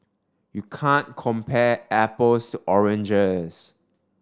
you can compare apples to oranges